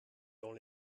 dans